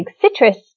citrus